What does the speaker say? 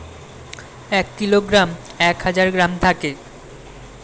এক কিলোগ্রামে এক হাজার গ্রাম থাকে